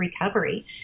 recovery